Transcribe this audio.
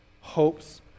hopes